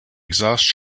exhaust